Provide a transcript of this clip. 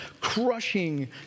crushing